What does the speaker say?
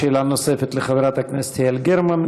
שאלה נוספת לחברת הכנסת יעל גרמן,